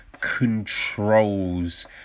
controls